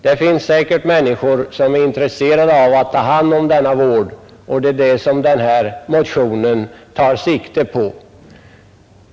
Det finns säkert människor som är intresserade av att ta hand om denna vård, och det är detta som motionen tar sikte på.